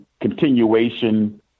continuation